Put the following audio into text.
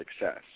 success